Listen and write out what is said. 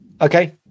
okay